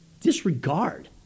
disregard